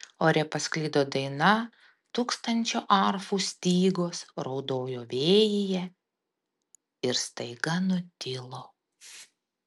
ore pasklido daina tūkstančio arfų stygos raudojo vėjyje ir staiga nutilo